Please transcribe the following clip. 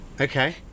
Okay